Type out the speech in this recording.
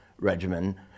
regimen